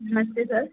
नमस्ते सर